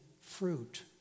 fruit